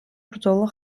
ბრძოლა